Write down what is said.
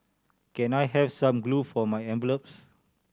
can I have some glue for my envelopes